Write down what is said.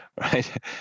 right